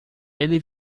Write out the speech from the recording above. ele